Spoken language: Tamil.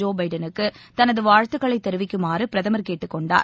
ஜோ பைடனுக்கு தனது வாழ்த்துக்களை தெரிவிக்குமாறு பிரதமர் கேட்டுக் கொண்டார்